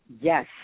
yes